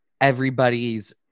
everybody's